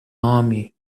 army